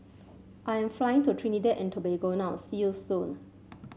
I am flying to Trinidad and Tobago now see you soon